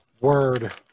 Word